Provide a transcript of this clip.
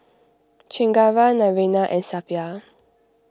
Chengara Naraina and Suppiah